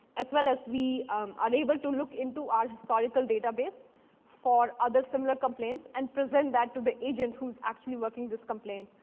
as well as we are able to look into our historical database for other similar complaints and present that to the agent who's actually working this complaint.